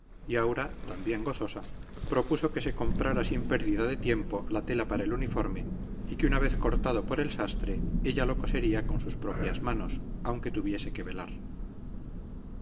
y aura también gozosa propuso que se comprara sin pérdida de tiempo la tela para el uniforme y que una vez cortado por el sastre ella lo cosería con sus propias manos aunque tuviese que velar